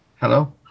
Hello